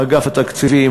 אגף התקציבים,